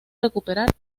recuperar